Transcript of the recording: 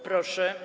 Proszę.